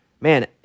man